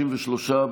63,